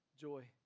joy